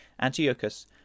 Antiochus